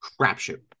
crapshoot